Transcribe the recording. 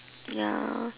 ya